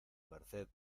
merced